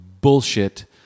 bullshit